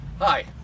Hi